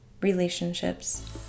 relationships